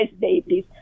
babies